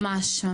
ממש.